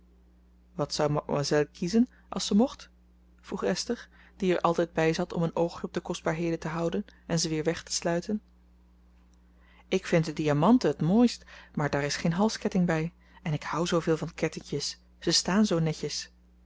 wat zou mademoiselle kiezen als ze mocht vroeg esther die er altijd bij zat om een oogje op de kostbaarheden te houden en ze weer weg te sluiten ik vind de diamanten het mooist maar daar is geen halsketting bij en ik houd zooveel van kettinkjes ze staan zoo netjes